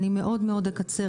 אקצר מאוד,